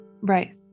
Right